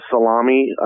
salami